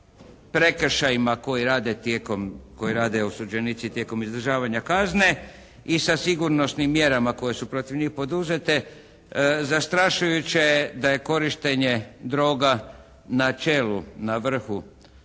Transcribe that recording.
tijekom, koje rade osuđenici tijekom izdržavanje kazne i sa sigurnosnim mjerama koje su protiv njih poduzete. Zastrašujuće je da je korištenje droga na čelu, na vrhu